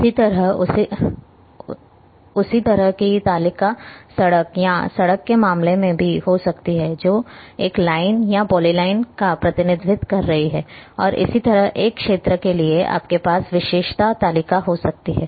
इसी तरह उसी तरह की तालिका सड़क या सड़क के मामले में भी हो सकती है जो एक लाइन या पॉलीलाइन का प्रतिनिधित्व कर रही है और इसी तरह एक क्षेत्र के लिए आपके पास विशेषता तालिका हो सकती है